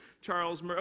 charles